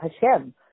Hashem